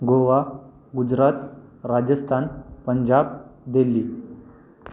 Goa Gujarat Rajasthan Punjab Delhi